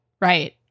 right